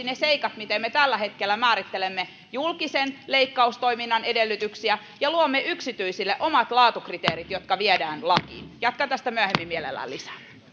ne seikat miten me tällä hetkellä määrittelemme julkisen leikkaustoiminnan edellytyksiä ja luomme yksityisille omat laatukriteerit jotka viedään lakiin jatkan tästä myöhemmin mielelläni lisää